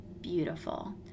Beautiful